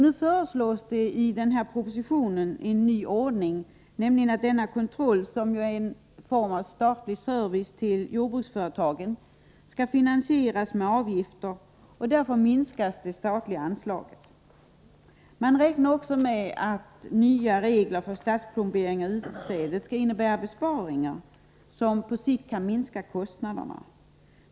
Nu föreslås i propositionen en ny ordning, nämligen att denna kontroll, som är en form av statlig service till jordbruksföretagen, skall finansieras med avgifter och att därför det statliga anslaget skall minskas. Man räknar med att nya regler för statsplombering av utsädet skall innebära besparingar, som på sikt kan minska kostnaderna.